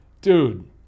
dude